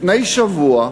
לפני שבוע,